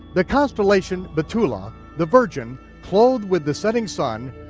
the constellation bethulah the virgin clothed with the setting sun,